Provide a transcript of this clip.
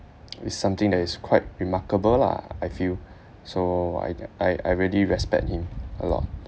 is something that is quite remarkable lah I feel so I I I really respect him a lot